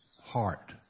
heart